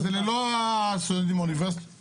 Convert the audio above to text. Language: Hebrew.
כן, זה ללא הסטודנטים באוניברסיטה הפתוחה.